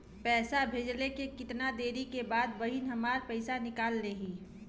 पैसा भेजले के कितना देरी के बाद बहिन हमार पैसा निकाल लिहे?